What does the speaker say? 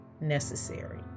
necessary